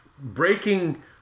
breaking